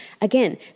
Again